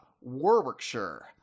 Warwickshire